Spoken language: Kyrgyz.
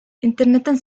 интернеттен